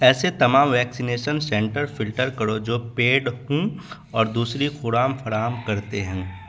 ایسے تمام vaccination centre filter کرو جو پِیڈ ہوں اور دوسری خوراک فراہم کرتے ہیں